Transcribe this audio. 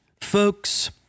Folks